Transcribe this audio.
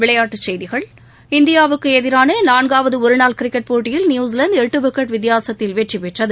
விளையாட்டுச் செய்திகள் இந்தியாவுக்கு எதிரான நான்காவது ஒரு நாள் கிரிக்கெட் போட்டியில் நியூஸிலாந்து எட்டு விக்கெட் வித்தியாசத்தில் வெற்றிபெற்றது